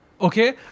okay